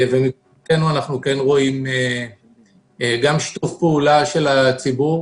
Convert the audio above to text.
מבחינתנו אנחנו רואים גם שיתוף פעולה של הציבור